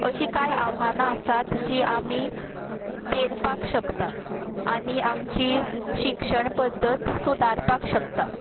अशीं कांय आव्हानां आसात जीं आमी पेलपाक शकता आनी आमची शिक्षण पद्दत सुदारपाक शकता